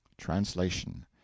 translation